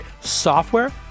Software